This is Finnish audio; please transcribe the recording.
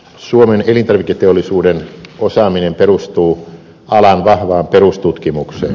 suomen elintarviketeollisuuden osaaminen perustuu alan vahvaan perustutkimukseen